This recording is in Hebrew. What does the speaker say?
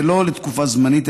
ולא זמנית,